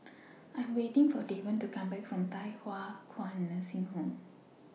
I Am waiting For Davon to Come Back from Thye Hua Kwan Nursing Home